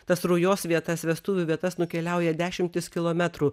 tas rujos vietas vestuvių vietas nukeliauja dešimtis kilometrų